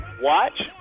watch